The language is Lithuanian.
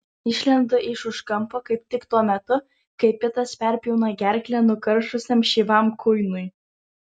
išlendu iš už kampo kaip tik tuo metu kai pitas perpjauna gerklę nukaršusiam šyvam kuinui